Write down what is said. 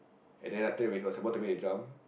and then after that when he was suppose to make his jump